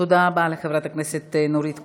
תודה רבה לחברת הכנסת נורית קורן.